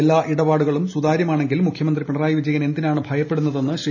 എല്ലാ ഇടപാടുകളും സുതാര്യമാണെങ്കിൽ മുഖ്യമന്ത്രി പിണറായി വിജയൻ എന്തിനാണ് ഭയപ്പെടുന്നതെന്ന് ശ്രീ